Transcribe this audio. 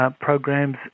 Programs